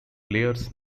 players